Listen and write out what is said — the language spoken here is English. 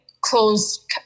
closed